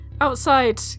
outside